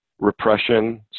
repression